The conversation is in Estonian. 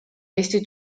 eesti